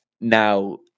now